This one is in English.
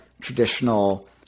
traditional